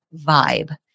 vibe